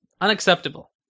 Unacceptable